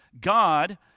God